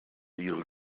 ihre